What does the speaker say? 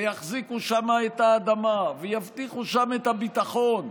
ויחזיקו שם את האדמה ויבטיחו שם הביטחון,